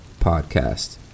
podcast